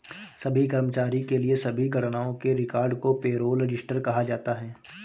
सभी कर्मचारियों के लिए सभी गणनाओं के रिकॉर्ड को पेरोल रजिस्टर कहा जाता है